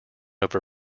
over